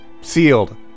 Sealed